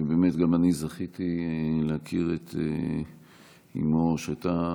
ובאמת גם אני זכיתי להכיר את אימו, שהייתה